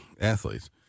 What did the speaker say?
athletes